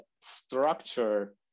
structure